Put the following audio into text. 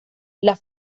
las